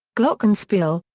glockenspiel,